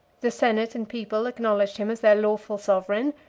the senate and people acknowledged him as their lawful sovereign,